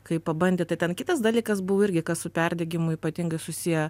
kai pabandė tai ten kitas dalykas buvo irgi kas su perdegimu ypatingai susiję